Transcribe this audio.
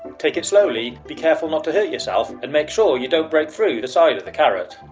take it slowly, be careful not to hurt yourself, and make sure you dont break through the side of the carrot.